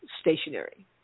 stationary